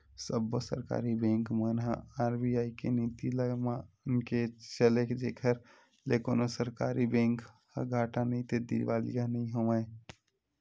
सब्बो सरकारी बेंक मन ह आर.बी.आई के नीति ल मनाके चले जेखर ले कोनो सरकारी बेंक ह घाटा नइते दिवालिया नइ होवय